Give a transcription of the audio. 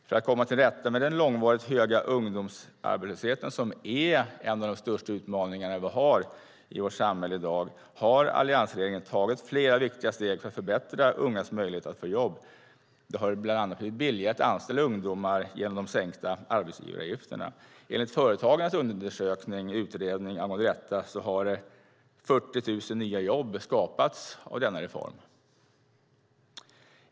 För att komma till rätta med den långvarigt höga ungdomsarbetslösheten, som är en av de största utmaningar vi har i vårt samhälle i dag, har alliansregeringen tagit flera viktiga steg för att förbättra ungas möjlighet att få jobb. Det har bland annat blivit billigare att anställa ungdomar genom de sänkta arbetsgivaravgifterna. Enligt Företagarnas undersökning och utredning angående detta har 40 000 nya jobb skapats av denna reform.